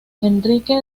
enrique